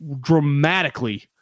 dramatically